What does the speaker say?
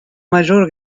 mayor